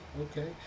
Okay